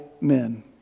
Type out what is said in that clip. men